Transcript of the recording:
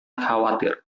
khawatir